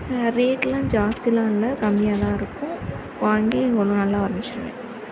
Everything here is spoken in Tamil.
ரேட்லாம் ஜாஸ்திலான் இல்லை கம்மியாகதான் இருக்கும் வாங்கி நல்லா வரைஞ்சிருவேன்